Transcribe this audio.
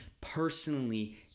personally